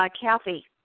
Kathy